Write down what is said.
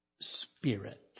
spirit